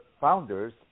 founders